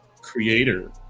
creator